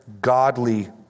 godly